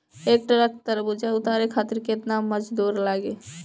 एक ट्रक तरबूजा उतारे खातीर कितना मजदुर लागी?